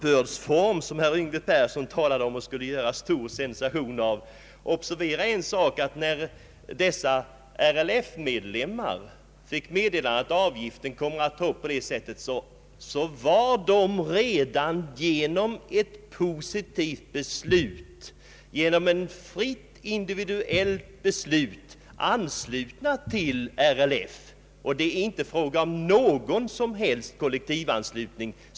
Herr Yngve Persson ville göra stor sensation av en uppbördsform, men observera att när de RLF-medlemmar han talade om fick meddelande om att avgiften skulle tas upp på detta sätt så var de redan genom ett fritt indivi duellt beslut anslutna till RLF. Det var inte fråga om någon som helst kollektivanslutning.